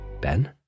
ben